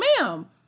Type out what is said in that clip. ma'am